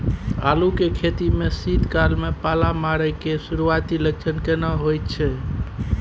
आलू के खेती में शीत काल में पाला मारै के सुरूआती लक्षण केना होय छै?